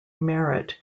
merit